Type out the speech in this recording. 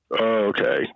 okay